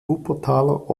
wuppertaler